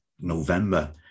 November